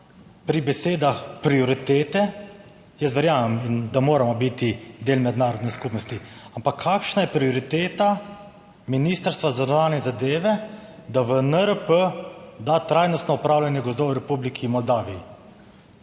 pri besedah prioritete. Jaz verjamem, da moramo biti del mednarodne skupnosti, ampak kakšna je prioriteta ministrstva za zunanje zadeve, da v NRP da trajnostno upravljanje gozdov v Republiki Moldaviji?